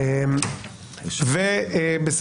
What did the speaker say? עורך דין